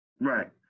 Right